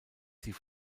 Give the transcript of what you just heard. sie